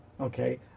okay